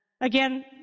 Again